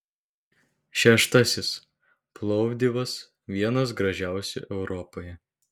šeštasis plovdivas vienas gražiausių europoje